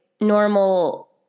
normal